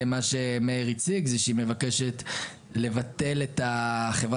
מה שמאיר מציג זה שהיא מבקשת לבטל את חברת